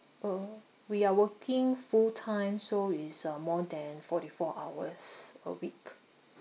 uh uh we are working full time so is uh more than forty four hours a week